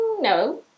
No